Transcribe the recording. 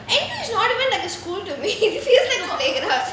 N_T_U is not even like a school to me feels like playground